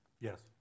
Yes